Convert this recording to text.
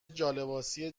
جالباسی